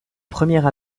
première